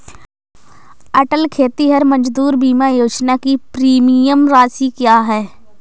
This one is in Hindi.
अटल खेतिहर मजदूर बीमा योजना की प्रीमियम राशि क्या है?